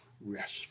rest